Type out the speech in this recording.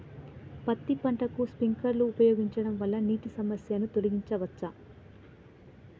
పత్తి పంటకు స్ప్రింక్లర్లు ఉపయోగించడం వల్ల నీటి సమస్యను తొలగించవచ్చా?